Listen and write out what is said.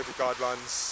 guidelines